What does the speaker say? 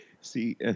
See